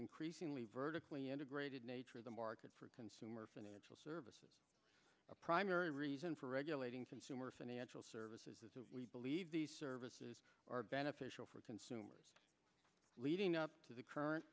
increasingly vertically integrated nature of the market for consumer financial services a primary reason for regulating consumer financial services we believe these services are beneficial for consumers leading up to the current